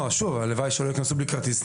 הלוואי ולא ייכנסו ללא כרטיס.